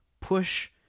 push